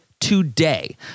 today